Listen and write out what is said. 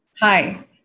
Hi